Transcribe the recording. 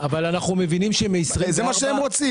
זה מה שהם רוצים.